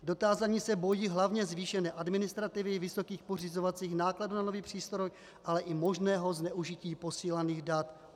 Dotázaní se bojí hlavně zvýšené administrativy, vysokých pořizovacích nákladů na nový přístroj, ale i možného zneužití posílaných dat.